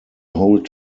whole